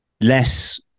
less